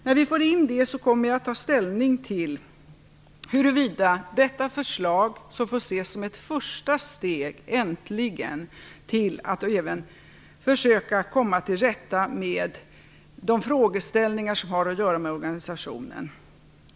När vi får in svaren kommer jag att ta ställning till detta förslag, som får ses som ett första steg, äntligen, till att även försöka komma till rätta med de frågeställningar som har att göra med organisationen.